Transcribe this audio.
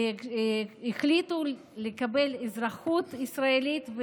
החליטו לקבל אזרחות ישראלית,